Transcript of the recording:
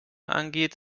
angeht